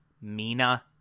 Mina